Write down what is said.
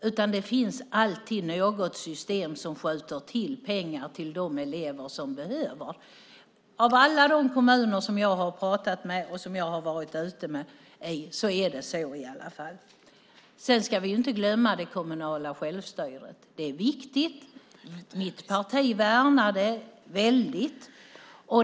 Det finns alltid något system som skjuter till pengar för de elever som behöver det. Åtminstone är det så i alla de kommuner jag besökt och pratat med. Vi ska inte heller glömma det kommunala självstyret. Det är viktigt, och mitt parti värnar det starkt.